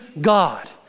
God